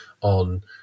on